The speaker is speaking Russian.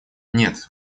нет